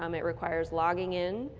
um it requires logging in,